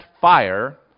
fire